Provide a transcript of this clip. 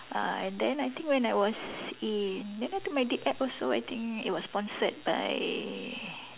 uh and then I think when I was in then I took my DipEd also I think it was sponsored by